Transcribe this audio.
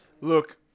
Look